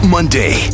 Monday